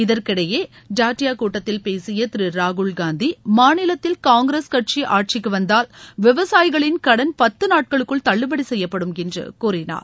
இதற்கிடையே டாட்டியா கூட்டத்தில் பேசிய திரு ராகுல் காந்தி மாநிலத்தில் காங்கிரஸ் கட்சி ஆட்சிக்கு வந்தால் விவசாயிகளின் கடன் பத்து நாட்களுக்குள் தள்ளுபடி செய்யப்படும் என்று கூறினார்